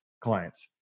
clients